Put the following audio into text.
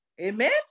Amen